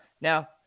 Now